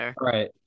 right